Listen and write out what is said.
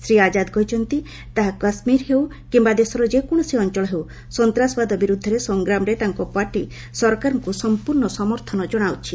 ଶ୍ରୀ ଆଜାଦ କହିଛନ୍ତି ତାହା କାଶ୍ମୀର ହେଉ କିମ୍ବା ଦେଶର ଯେକୌଣସି ଅଞ୍ଚଳ ହେଉ ସନ୍ତାସବାଦ ବିରୁଦ୍ଧରେ ସଂଗ୍ରାମରେ ତାଙ୍କ ପାର୍ଟି ସରକାରଙ୍କୁ ସମ୍ପର୍ଣ୍ଣ ସମର୍ଥନ ଜଣାଉଛି